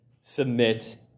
submit